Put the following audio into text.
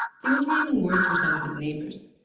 things were even worse for some of his neighbors.